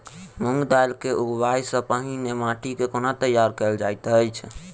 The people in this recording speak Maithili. मूंग दालि केँ उगबाई सँ पहिने माटि केँ कोना तैयार कैल जाइत अछि?